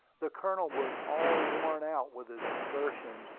the colonel was all worn out with his exertions,